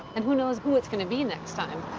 and who knows who it's gonna be next time.